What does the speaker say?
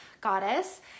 goddess